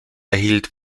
erhielt